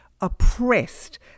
oppressed